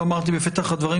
לא אמרתי בפתח הדברים,